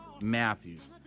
Matthews